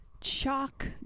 chalk